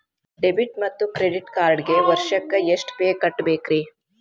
Debit ಮತ್ತು credit ಕಾರ್ಡ್ಗೆ ವರ್ಷಕ್ಕ ಎಷ್ಟ ಫೇ ಕಟ್ಟಬೇಕ್ರಿ?